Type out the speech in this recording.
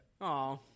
Aw